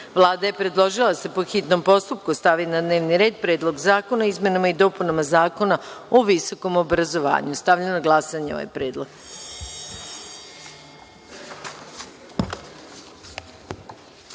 je predložila da se po hitnom postupku, stavi na dnevni red Predlog zakona o izmenama i dopunama Zakona o visokom obrazovanju. Stavljam na glasanje ovaj